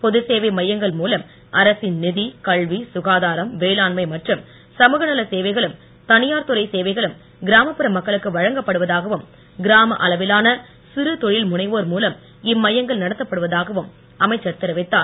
பொது சேவை மையங்கள் மூலம் அரசின் நிதி கல்வி சுகாதாரம் வேளாண்மை மற்றும் சமூகநல சேவைகளும் தனியார் சேவைகளும் துறை மக்களுக்கு வழங்கப்படுவதாகவும் கிராம அளவிலான சிறு தொழில் முனைவோர் மூலம் இம்மையங்கள் நடத்தப்படுவதாகவும் அமைச்சர் தெரிவித்தார்